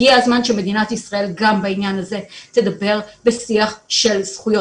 הגיע הזמן שמדינת ישראל גם בעניין הזה תדבר בשיח של זכויות.